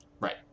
right